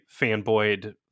fanboyed